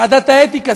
לוועדת האתיקה,